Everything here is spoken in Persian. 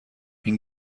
این